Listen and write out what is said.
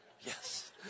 yes